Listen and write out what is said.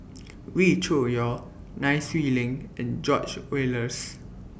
Wee Cho Yaw Nai Swee Leng and George Oehlers